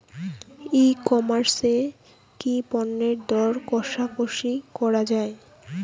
ই commerce এ কি পণ্যের দর কশাকশি করা য়ায়?